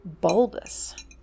bulbous